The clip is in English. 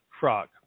frog